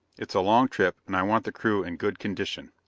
it's a long trip, and i want the crew in good condition.